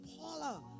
Paula